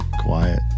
quiet